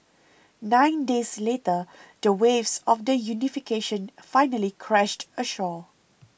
nine days later the waves of the unification finally crashed ashore